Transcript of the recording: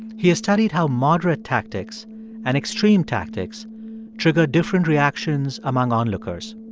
he has studied how moderate tactics and extreme tactics trigger different reactions among onlookers.